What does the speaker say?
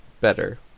Better